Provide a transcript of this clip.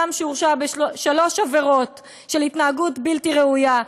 אדם שהורשע בשלוש עבירות של התנהגות בלתי ראויה,